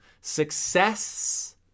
success